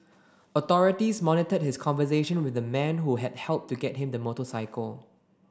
authorities monitored his conversation with the man who had helped to get him the motorcycle